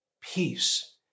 peace